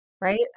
right